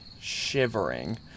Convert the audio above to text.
shivering